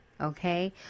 Okay